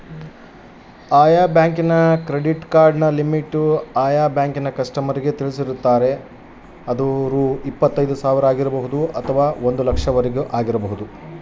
Credit ಕಾರ್ಡಿನ daily limit ಎಷ್ಟು?